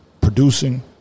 producing